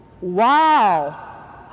Wow